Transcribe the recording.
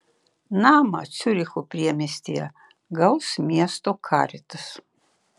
namą ciuricho priemiestyje gaus miesto caritas